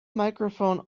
microphone